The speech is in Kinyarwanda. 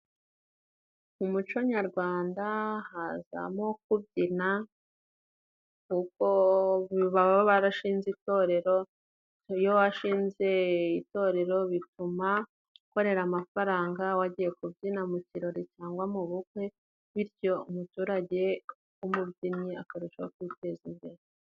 Mu muco nyarwanda, haza mo kubyina nk'uko baba barashinze itorero, iyo washinze itorero, bituma ukorera amafaranga wagiye kubyina mu kirori cyangwa mu bukwe, bityo umuturage w'umubyinnyi akarusha ho kwiteza imbere.